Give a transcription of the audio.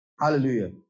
Hallelujah